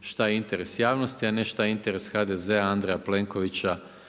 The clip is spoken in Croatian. šta je interes javnosti a ne šta je interes HDZ-a, Andreja Plenkovića